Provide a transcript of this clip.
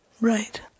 Right